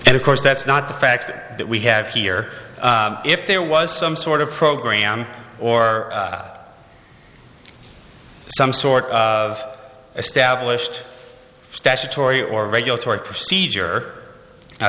and of course that's not the fact that we have here if there was some sort of program or some sort of established statutory or regulatory procedure